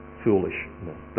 foolishness